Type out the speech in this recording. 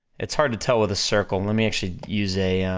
it's hard to tell with a circle, let me actually use a,